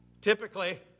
typically